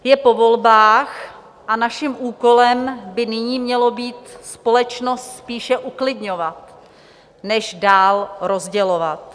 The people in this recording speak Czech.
Je po volbách a naším úkolem by nyní mělo být společnost spíše uklidňovat než dál rozdělovat.